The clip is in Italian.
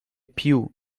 più